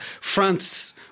France